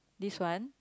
this one